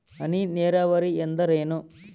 ಹನಿ ನೇರಾವರಿ ಎಂದರೇನು?